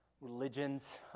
religions